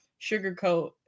sugarcoat